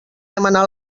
demanar